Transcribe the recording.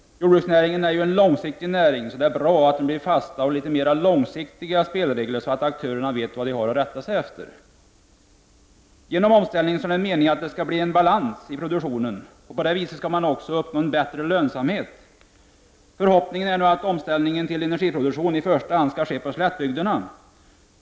Jordbruksnäringen är ju en långsiktig nä ring, så det är bra att det blir fasta och litet mer långsiktiga spelregler, så att aktörerna vet vad det har att rätta sig efter. Genom omställningen är det meningen att det skall bli balans i produktionen. På det viset skall man också uppnå en bättre lönsamhet. Förhoppningen är att omställningen till energiproduktion i första hand skall ske på slättbygderna.